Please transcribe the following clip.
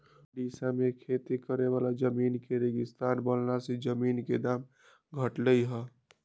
ओड़िशा में खेती करे वाला जमीन के रेगिस्तान बनला से जमीन के दाम घटलई ह